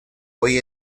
hoy